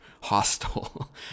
hostile